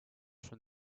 from